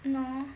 no